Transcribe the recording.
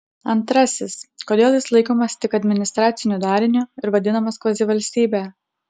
antrasis kodėl jis laikomas tik administraciniu dariniu ir vadinamas kvazivalstybe